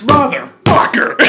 Motherfucker